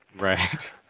Right